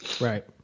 Right